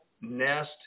nest